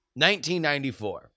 1994